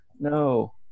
no